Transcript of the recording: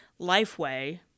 Lifeway